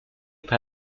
par